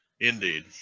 Indeed